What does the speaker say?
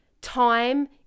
time